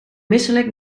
misselijk